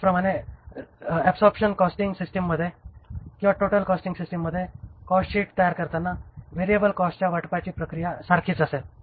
त्याचप्रकारे absorption costing सिस्टिममध्ये किंवा टोटल कॉस्टिंग सिस्टिममध्ये कॉस्टशीट तयार करताना व्हेरिएबल कॉस्टच्या वाटपाची प्रक्रिया सारखीच असेल